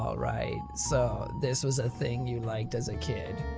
alright? so this was a thing you liked as a kid?